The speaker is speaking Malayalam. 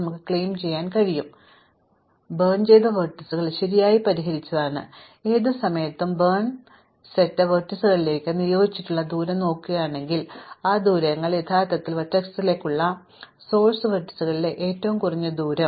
നിങ്ങൾ ക്ലെയിം ചെയ്യാൻ ആഗ്രഹിക്കുന്നത് കരിഞ്ഞ വെർട്ടീസുകൾ ശരിയായി പരിഹരിച്ചതാണ് അതായത് ഏത് സമയത്തും കത്തിച്ച സെറ്റ് വെർട്ടീസുകളിലേക്ക് നിയോഗിച്ചിട്ടുള്ള ദൂരം നോക്കുകയാണെങ്കിൽ ആ ദൂരങ്ങൾ യഥാർത്ഥത്തിൽ ആ വെർട്ടക്സിലേക്കുള്ള ഉറവിട വെർട്ടീസുകളിലെ ഏറ്റവും കുറഞ്ഞ ദൂരം